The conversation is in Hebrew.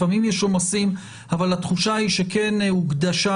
לפעמים יש עומסים אבל התחושה היא שכן הוקדשה